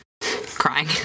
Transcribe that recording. Crying